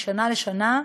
משנה לשנה.